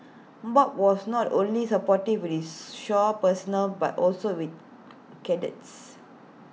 bob was not only supportive with his shore personnel but also with cadets